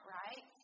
right